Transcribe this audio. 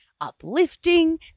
uplifting